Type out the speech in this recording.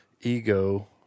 ego